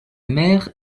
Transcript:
mère